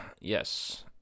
yes